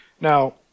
Now